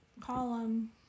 column